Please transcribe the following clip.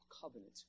covenant